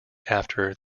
after